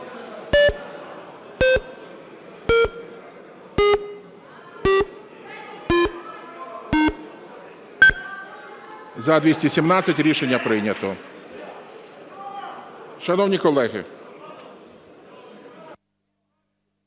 За-252 Рішення прийнято. Шановні колеги,